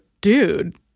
dude